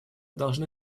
должны